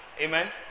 Amen